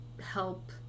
help